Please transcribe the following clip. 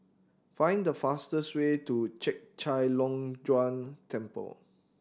find the fastest way to Chek Chai Long Chuen Temple